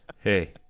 hey